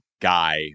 Guy